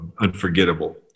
Unforgettable